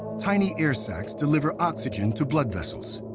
tiny air sacs deliver oxygen to blood vessels.